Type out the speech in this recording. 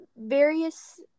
various